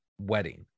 wedding